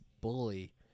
Bully